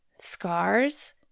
scars